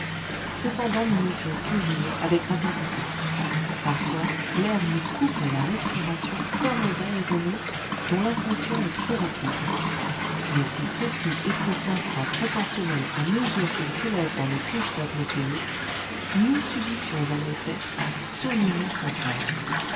cependant nous montions toujours avec rapidité parfois l'air nous coupait la respiration comme aux aéronautes dont l'ascension est trop rapide mais si ceux-ci éprouvent un froid proportionnel à mesure qu'ils s'élèvent dans les couches atmosphériques nous subissions un effet absolument contraire